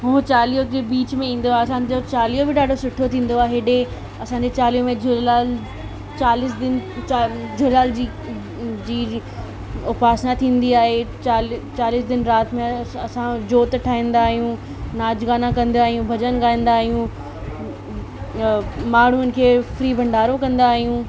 हूअं चालीहो बि बीच में ईंदो आहे असांजो चालीहो बि ॾाढो सुठो थींदो आहे हेॾे असांजे चालीहें में चालीहें में झू झूलेलाल चालीस दिन झूलेलाल जी जी जी उपासना थींदी आहे चालीस चालीस दिन राति में असां जोत ठाहींदा आहियूं नाच गाना कंदा आहियूं भॼन ॻाईंदा आहियूं माण्हुनि खे फ्री भंडारो कंदा आहियूं